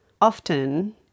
Often